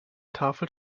tafel